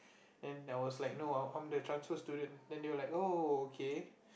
then I was like no I'm I'm the transfer student then they were like oh okay